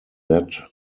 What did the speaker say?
that